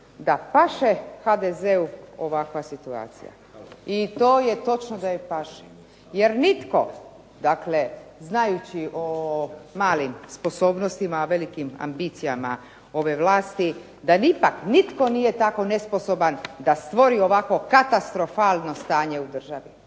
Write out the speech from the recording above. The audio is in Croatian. da paše HDZ-u ovakva situacija i to je točno da im paše jer nitko dakle znajući o malim sposobnostima, a velikim ambicijama ove vlasti, da ipak nitko nije tako nesposoban da stvori ovakvo katastrofalno stanje u državi.